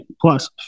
plus